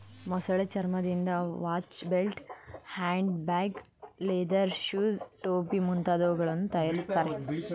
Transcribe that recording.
ಮೊಸಳೆ ಚರ್ಮದಿಂದ ವಾಚ್ನ belt, hand bag, leather shoes, ಟೋಪಿ ಮುಂತಾದವುಗಳನ್ನು ತರಯಾರಿಸ್ತರೆ